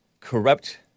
Corrupt